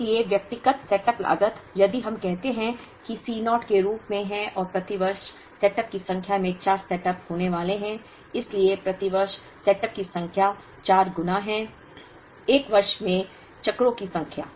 इसलिए व्यक्तिगत सेटअप लागत यदि हम कहते हैं कि C naught के रूप में और प्रति वर्ष सेटअप की संख्या में चार सेटअप होने वाले हैं इसलिए प्रति वर्ष सेटअप की संख्या चार गुना है एक वर्ष में चक्रों की संख्या